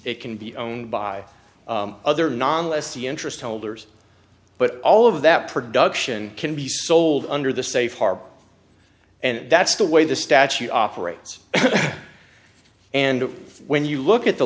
it can be owned by other non lessee interest holders but all of that production can be sold under the safe harbor and that's the way the statute operates and when you look at the